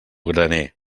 graner